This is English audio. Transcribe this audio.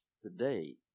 today